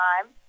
time